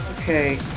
Okay